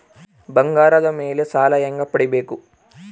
ಬಂಗಾರದ ಮೇಲೆ ಸಾಲ ಹೆಂಗ ಪಡಿಬೇಕು?